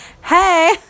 hey